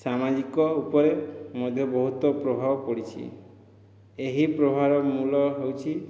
ସାମାଜିକ ଉପରେ ମଧ୍ୟ ବହୁତ ପ୍ରଭାବ ପଡ଼ିଛି ଏହି ପ୍ରଭାବର ମୂଳ ହେଉଛି